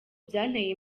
byanteye